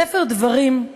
בספר דברים,